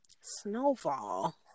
Snowfall